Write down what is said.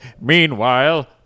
Meanwhile